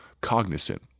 cognizant